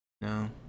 no